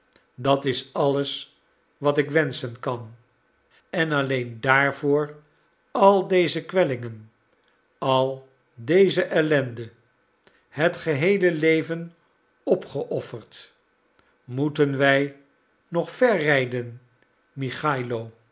dat is alles wat ik wenschen kan en alleen daarvoor al deze kwellingen al deze ellende het geheele leven opgeofferd moeten wij nog ver rijden michailo